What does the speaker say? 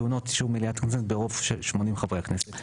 טעונות אישור מליאת הכנסת ברוב של 80 חברי הכנסת'.